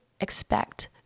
expect